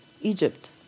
Egypt